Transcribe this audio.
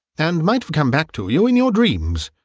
and might have come back to you in your dreams,